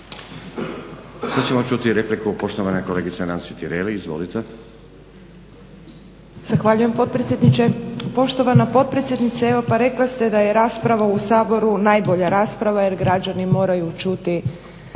Sad ćemo čuti repliku poštovane kolegice Nansi Tireli. Izvolite.